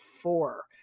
four